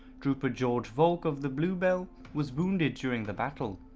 trooper george volk of the bluebell was wounded during the battle.